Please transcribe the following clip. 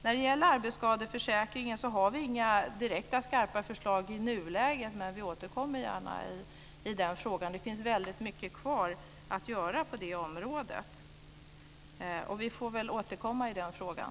När det gäller arbetsskadeförsäkringen har vi inga direkta skarpa förslag i nuläget. Det finns väldigt mycket kvar att göra på det området. Vi återkommer gärna i den frågan.